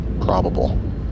probable